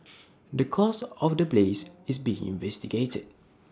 the cause of the blaze is being investigated